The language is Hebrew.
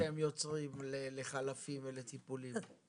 איך אתם רואים את הבדלנות שהם יוצרים לחלפים ולטיפולים?